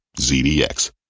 ZDX